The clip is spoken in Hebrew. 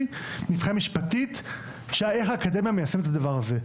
מבחינה משפטית איך האקדמיה מיישמת את הדבר הזה.